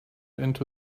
into